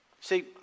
see